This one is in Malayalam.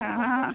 ആ ഹാ